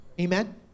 Amen